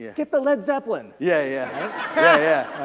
yeah get the led zepplin! yeah yeah. yeah.